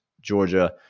Georgia